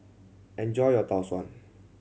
enjoy your Tau Suan